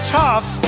tough